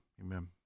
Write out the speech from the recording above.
Amen